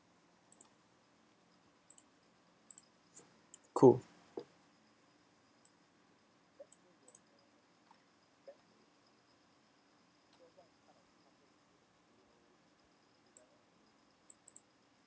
cool